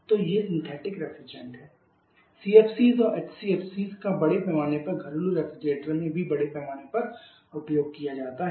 तो ये synthetic refrigerant हैं CFCs और HCFC का बड़े पैमाने पर घरेलू रेफ्रिजरेटर में भी बड़े पैमाने पर उपयोग किया जाता है